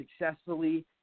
successfully